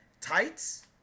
Tights